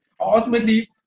ultimately